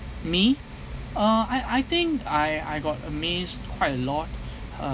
me uh I I think I I got amazed quite a lot